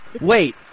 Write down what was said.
Wait